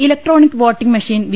electronic voting machine V